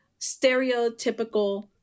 stereotypical